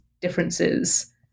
differences